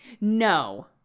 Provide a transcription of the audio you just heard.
No